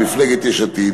מפלגה, מפלגת יש עתיד,